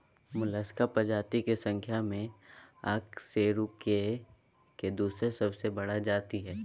Mollusca प्रजाति के संख्या में अकशेरूकीय के दोसर सबसे बड़ा जाति हइ